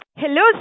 Hello